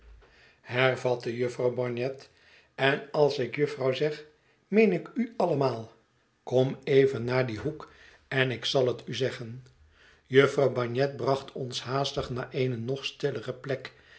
hervatte jufvrouw bagnet en als ik jufvrouw zeg meen ik u allemaal kom even naar dien hoek en ik zal het u zeggen jufvrouw bagnet bracht ons haastig naar eene nog stillere plek